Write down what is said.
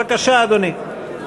בבקשה, אדוני.